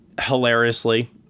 Hilariously